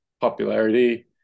popularity